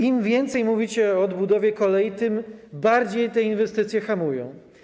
Im więcej mówicie o odbudowie kolei, tym bardziej te inwestycje hamują.